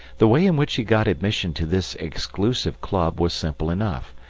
the way in which he got admission to this exclusive club was simple enough.